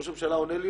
ראש הממשלה עונה לי,